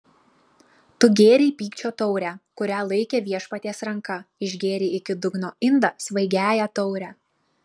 tu gėrei pykčio taurę kurią laikė viešpaties ranka išgėrei iki dugno indą svaigiąją taurę